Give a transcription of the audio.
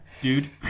Dude